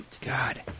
God